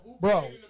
bro